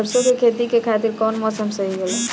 सरसो के खेती के खातिर कवन मौसम सही होला?